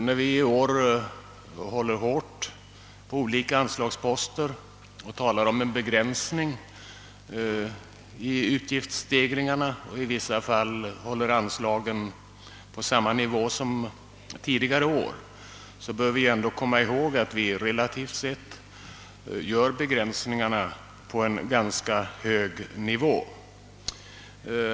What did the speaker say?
När vi i år håller hårt på olika anslagsposter och talar om en begränsning i utgiftsstegringarna och i vissa fall håller anslagen på samma nivå som tidigare år bör vi ändå komma ihåg, att vi relativt sett gör begräsningarna på en ganska hög nivå.